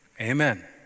Amen